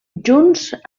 junts